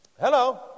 Hello